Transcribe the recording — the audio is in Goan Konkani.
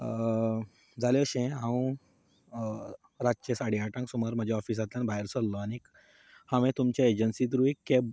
जालें अशें हांंव रातचो साडे आठांक सुमार म्हज्या ऑफिसांतल्यान भायर सरलो आनी हांवें तुमच्या एजंसी थ्रू एक कॅब